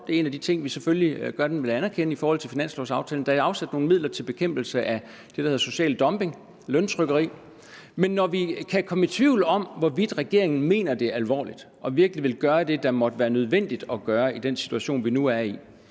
det er en af de ting, vi selvfølgelig godt vil anerkende i forhold til finanslovaftalen – til bekæmpelse af det, der hedder social dumping, løntrykkeri, men når vi kan komme i tvivl om, hvorvidt regeringen mener det alvorligt og virkelig vil gøre det, der måtte være nødvendigt at gøre i den situation, vi nu er i,